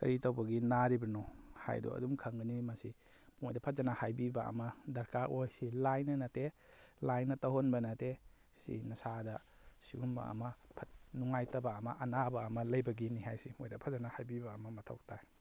ꯀꯔꯤ ꯇꯧꯕꯒꯤ ꯅꯥꯔꯤꯕꯅꯣ ꯍꯥꯏꯗꯣ ꯑꯗꯨꯝ ꯈꯪꯒꯅꯤ ꯃꯁꯤ ꯃꯈꯣꯏꯗ ꯐꯖꯅ ꯍꯥꯏꯕꯤꯕ ꯑꯃ ꯗꯔꯀꯥꯔ ꯑꯣꯏ ꯁꯤ ꯂꯥꯏꯅ ꯅꯠꯇꯦ ꯂꯥꯏꯅ ꯇꯧꯍꯟꯕ ꯅꯠꯇꯦ ꯁꯤ ꯅꯁꯥꯗ ꯁꯤꯒꯨꯝꯕ ꯑꯃ ꯅꯨꯡꯉꯥꯏꯇꯕ ꯑꯃ ꯑꯅꯥꯕ ꯑꯃ ꯂꯩꯕꯒꯤꯅꯤ ꯍꯥꯏꯁꯤ ꯃꯈꯣꯏꯗ ꯐꯖꯅ ꯍꯥꯏꯕꯤꯕ ꯑꯃ ꯃꯊꯧ ꯇꯥꯏ